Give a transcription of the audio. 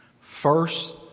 First